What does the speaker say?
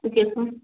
okay sir